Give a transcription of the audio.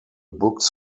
books